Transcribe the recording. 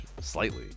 slightly